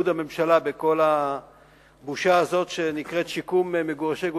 הממשלה בכל הבושה הזה שנקראת "שיקום מגורשי גוש-קטיף",